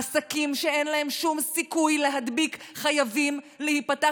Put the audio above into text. עסקים שאין להם שום סיכוי להדביק חייבים להיפתח.